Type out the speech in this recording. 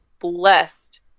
blessed